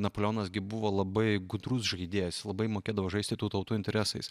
napoleonas gi buvo labai gudrus žaidėjas labai mokėdavo žaisti tų tautų interesais